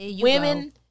Women